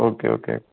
okay okay